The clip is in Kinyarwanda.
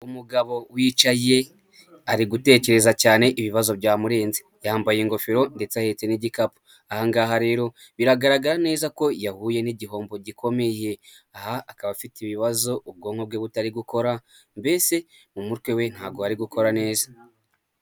Umugabo wicaye ari gutekereza cyane ibibazo byamurenze, yambaye ingofero ndetse ahetse n'igikapu, aha ngaha rero biragaragara neza ko yahuye n'igihombo gikomeye aha akaba afite ibibazo ubwonko bwe butari gukora mbese mu mutwe we ntago hari gukora neza.